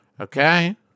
Okay